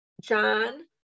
John